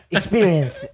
Experience